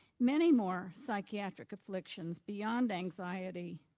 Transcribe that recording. many more psychiatric afflictions beyond anxiety,